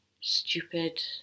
stupid